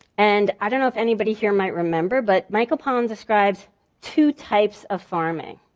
and i don't know if anybody here might remember, but michael pollan describes two types of farming.